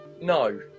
No